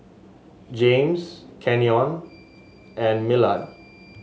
James Canyon and Millard